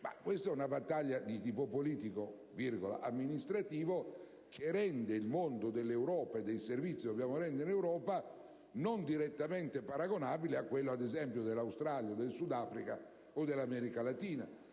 questa è una battaglia di tipo politico ed amministrativo, che rende il mondo dell'Europa, e dei servizi che in essa dobbiamo rendere, non direttamente paragonabile a quello - ad esempio - dell'Australia, del Sud Africa o dell'America latina.